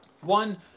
One